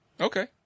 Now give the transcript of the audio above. Okay